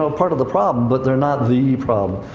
ah part of the problem, but they're not the problem.